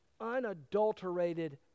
unadulterated